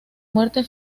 muerte